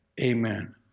amen